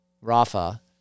Rafa